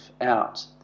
out